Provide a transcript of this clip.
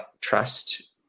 trust